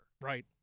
Right